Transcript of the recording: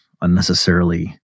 unnecessarily